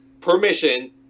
permission